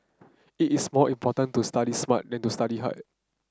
it is more important to study smart than to study hard